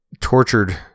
tortured